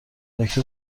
نکته